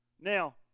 Now